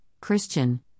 Christian